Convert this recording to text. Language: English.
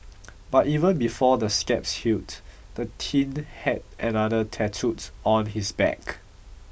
but even before the scabs healed the teen had another tattooed on his back